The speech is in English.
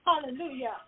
hallelujah